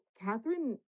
Catherine